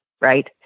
Right